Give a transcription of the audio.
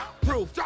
Proof